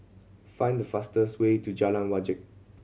find the fastest way to Jalan Wajek